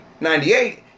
98